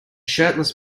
shirtless